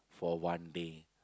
for one day